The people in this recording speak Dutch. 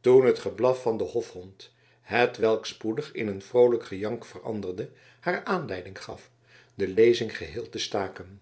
toen het geblaf van den hofhond hetwelk spoedig in een vroolijk gejank veranderde haar aanleiding gaf de lezing geheel te staken